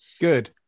Good